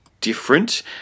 different